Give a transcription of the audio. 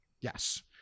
Yes